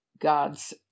God's